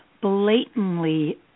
blatantly